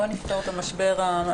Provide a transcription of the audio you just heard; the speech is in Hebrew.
בוא נפתור את המוקש.